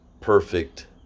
perfect